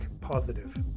positive